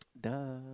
Duh